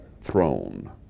throne